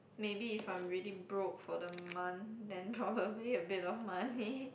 maybe if I'm really broke for the month then probably a bit of money